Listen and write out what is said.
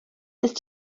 ist